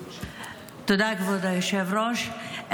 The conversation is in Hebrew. תודה, כבוד היושב-ראש.